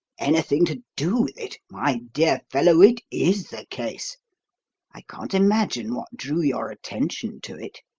anything to do with it? my dear fellow, it is the case i can't imagine what drew your attention to it.